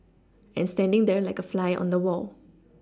and standing there like a fly on the Wall